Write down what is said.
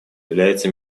является